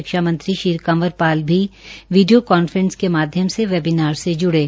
शिक्षा मंत्री श्री कंवर पाल भी वीडियो कॉन्फ्रेंस के माध्यम से वेबिनार से ज्डे